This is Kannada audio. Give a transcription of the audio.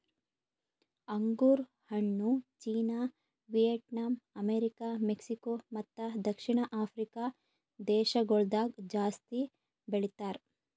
ಅಂಗುರ್ ಹಣ್ಣು ಚೀನಾ, ವಿಯೆಟ್ನಾಂ, ಅಮೆರಿಕ, ಮೆಕ್ಸಿಕೋ ಮತ್ತ ದಕ್ಷಿಣ ಆಫ್ರಿಕಾ ದೇಶಗೊಳ್ದಾಗ್ ಜಾಸ್ತಿ ಬೆಳಿತಾರ್